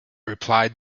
replied